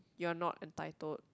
you are not entitled